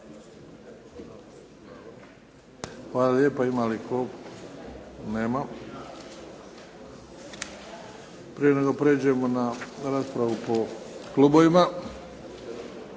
Hvala lijepa. Ima li tko? Nema. Prije nego prijeđemo na raspravu po klubovima,